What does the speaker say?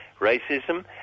racism